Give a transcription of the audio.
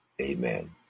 Amen